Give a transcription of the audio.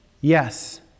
Yes